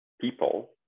people